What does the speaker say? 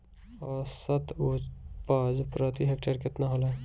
औसत उपज प्रति हेक्टेयर केतना होला?